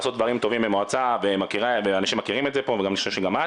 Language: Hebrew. לעשות דברים טובים למועצה ואנשים מכירים את זה פה ואני חושב שגם את